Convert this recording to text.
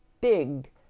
big